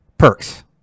perks